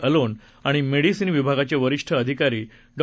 alone आणि medicine विभागाचे वरिष्ठ अधिकारी डॉ